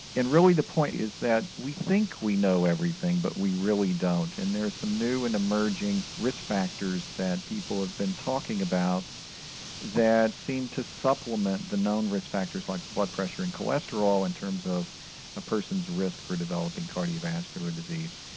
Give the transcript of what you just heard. and really the point is that we think we know everything but we really don't and there are some new and emerging risk factors that people have been talking about that seem to supplement the known risk factors like blood pressure and cholesterol in terms of a person's risk for developing cardiovascular disease.